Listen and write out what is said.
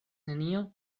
nenio